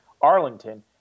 Arlington